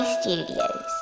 Studios